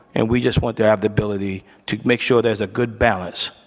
and we just want to have the ability to make sure there's a good balance,